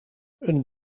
een